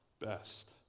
best